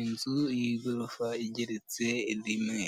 Inzu y'igorofa igeretse rimwe